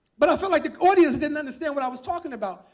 but i felt like the audience didn't understand what i was talking about.